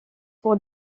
pour